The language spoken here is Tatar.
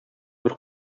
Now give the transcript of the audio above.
бер